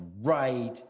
right